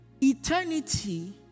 eternity